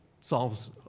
solves